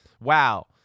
wow